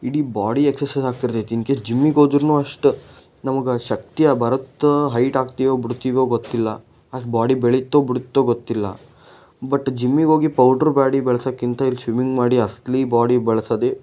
ಇಡೀ body exercise ಆಗ್ತಿರ್ತೈತಿ in case ಜಿಮ್ಮಿಗೆ ಹೋದ್ರೂ ಅಷ್ಟು ನಮ್ಗೆ ಶಕ್ತಿಯ ಬರುತ್ತೋ ಹೈಟ್ ಆಗ್ತೀವೋ ಬಿಡ್ತೀವೋ ಗೊತ್ತಿಲ್ಲ ಅಷ್ಟು ಬಾಡಿ ಬೆಳ್ಯುತ್ತೋ ಬಿಡುತ್ತೋ ಗೊತ್ತಿಲ್ಲ ಬಟ್ ಜಿಮ್ಮಿಗೋಗಿ ಪೌಡ್ರು ಬಾಡಿ ಬೆಳೆಸೋದ್ಕಿಂತ ಇಲ್ಲಿ ಸ್ವಿಮ್ಮಿಂಗ್ ಮಾಡಿ ಅಸಲಿ ಬಾಡಿ ಬೆಳಸೋದೆ